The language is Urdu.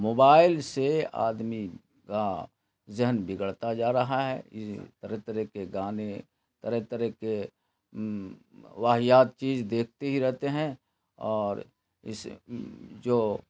موبائل سے آدمی کا ذہن بگڑتا جا رہا ہے طرح طرح کے گانے طرح طرح کے واہیات چیز دیکھتے ہی رہتے ہیں اور اس جو